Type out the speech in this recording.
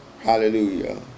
Hallelujah